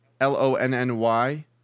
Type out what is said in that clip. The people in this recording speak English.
L-O-N-N-Y